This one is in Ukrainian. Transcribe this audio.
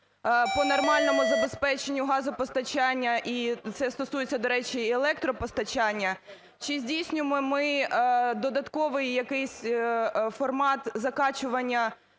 по нормальному забезпеченню газопостачання? І це стосується, до речі, і електропостачання. Чи здійснюємо ми додатковий якийсь формат закачування